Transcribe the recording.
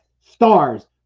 stars